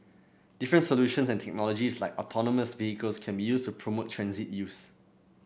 different solutions and technologies like autonomous vehicles can be used to promote transit use